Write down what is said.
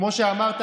כמו שאמרת,